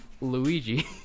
Luigi